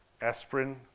aspirin